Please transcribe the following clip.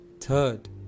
Third